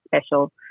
special